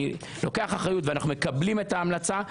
אני לוקח אחריות ואנחנו מקבלים את ההמלצה.